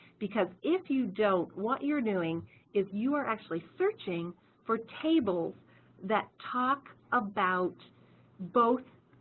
because if you don't what you're doing is you are actually searching for tables that talk about both.